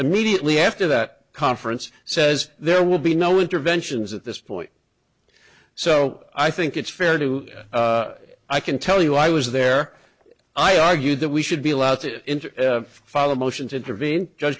immediately after that conference says there will be no interventions at this point so i think it's fair to i can tell you i was there i argued that we should be allowed to follow a motion to intervene ju